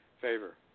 favor